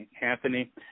Anthony